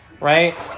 right